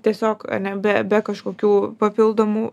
tiesiog a ne be be kažkokių papildomų